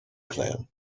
clan